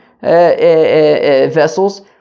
vessels